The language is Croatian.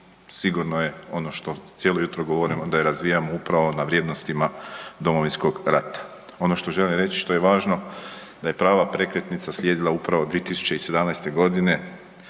sigurno je ono što cijelo jutro govorimo da je razvijamo upravo na vrijednostima Domovinskog rata. Ono što želim reći što je važno, da je prava prekretnica slijedila upravo 2017. godine